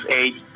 eight